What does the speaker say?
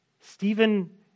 Stephen